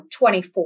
24